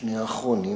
שני האחרונים,